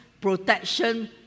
protection